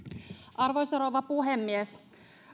arvoisa rouva puhemies